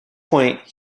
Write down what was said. point